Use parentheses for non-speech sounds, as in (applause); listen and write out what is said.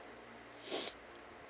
(breath)